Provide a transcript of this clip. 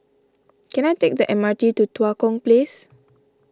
can I take the M R T to Tua Kong Place